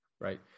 Right